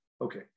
okay